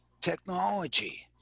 technology